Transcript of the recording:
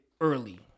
early